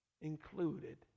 included